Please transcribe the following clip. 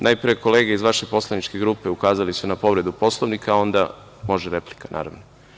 Najpre kolege iz vaše poslaničke grupe, ukazale su na povredu Poslovnika, a onda može replika, naravno.